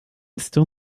still